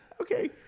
Okay